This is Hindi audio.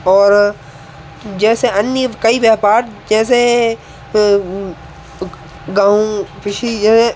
और जैसे अन्य कई व्यापार जैसे गाँव कृषि ये